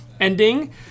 ending